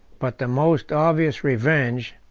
but the most obvious revenge,